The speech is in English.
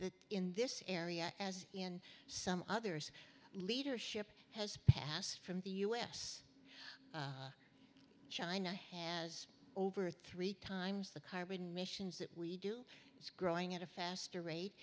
that in this area as in some others leadership has passed from the u s china has over three times the carbon emissions that we do it's growing at a faster rate